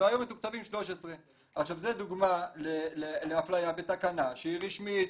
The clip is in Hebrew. והיום מתוקצבים 13. זו דוגמא לאפליה בתקנה שהיא רשמית,